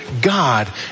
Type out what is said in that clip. God